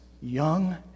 young